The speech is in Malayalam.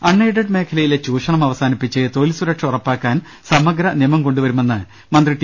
അൺ എയ്ഡഡ് മേഖലയിലെ ചൂഷണം അവസാനിപ്പിച്ച് തൊഴിൽ സുരക്ഷ ഉറപ്പാക്കാൻ സമഗ്ര നിയമം കൊണ്ടുവരുമെന്ന് മന്ത്രി ടി